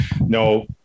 No